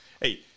Hey